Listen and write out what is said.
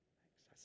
Thanks